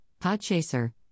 Podchaser